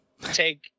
take